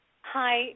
Hi